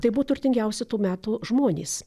tai buvo turtingiausi tų metų žmonės